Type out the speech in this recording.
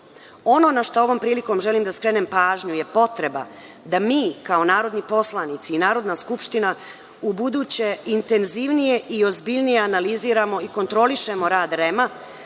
Ono na šta, ovom prilikom želim da skrenem pažnju je potreba da mi, kao narodni poslanici i Narodna skupština, ubuduće intenzivnije i ozbiljnije analiziramo i kontrolišemo rad REM-a,